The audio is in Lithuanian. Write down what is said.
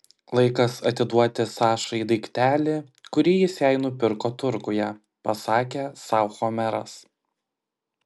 laikas atiduoti sašai daiktelį kurį jis jai nupirko turguje pasakė sau homeras